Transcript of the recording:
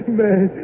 man